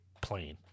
plain